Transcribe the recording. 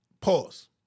Pause